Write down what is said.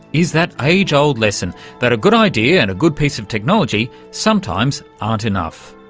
is that age-old lesson that a good idea and a good piece of technology sometimes aren't enough.